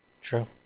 True